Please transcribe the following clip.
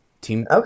Team